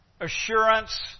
assurance